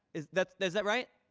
is that is that right?